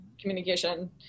communication